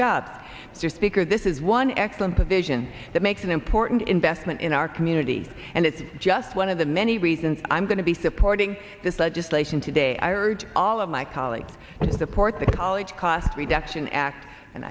job just because this is one excellent provision that makes an important investment in our community and it's just one of the many reasons i'm going to be supporting this legislation today i urge all of my colleagues support the college cost reduction act and